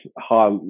high